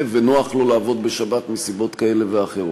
ונוח לו לעבוד בשבת מסיבות כאלה ואחרות.